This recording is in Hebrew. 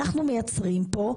אנחנו מייצרים כאן,